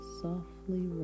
softly